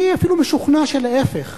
אני אפילו משוכנע שלהיפך,